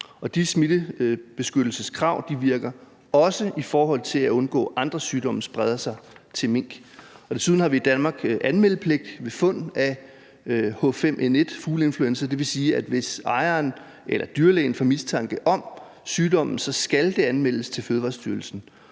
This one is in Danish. De smittebeskyttelseskrav virker også i forhold til at undgå, at andre sygdomme spreder sig til mink. Desuden har vi i Danmark anmeldepligt ved fund af H5N1-fugleinfluenza, og det vil sige, at hvis ejeren eller dyrlægen får mistanke om sygdommen, så skal det anmeldes til Fødevarestyrelsen.